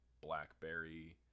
blackberry